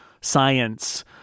science